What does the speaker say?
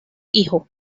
hijo